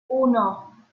uno